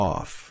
Off